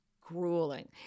grueling